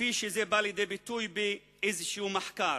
כפי שזה בא לידי ביטוי באיזה מחקר.